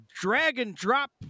drag-and-drop